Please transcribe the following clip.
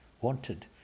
Wanted